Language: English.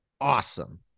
awesome